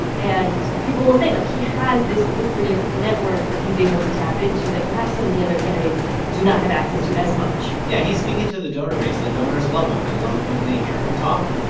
and people will say, like, he has this lucrative network that he's able to tap into that perhaps some of the other candidates do not have access to as much yeah, he's speaking to the donor base. the donors love him. they love when they hear him talk.